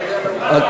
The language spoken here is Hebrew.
ידברו.